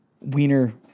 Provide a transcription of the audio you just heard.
Wiener